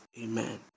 Amen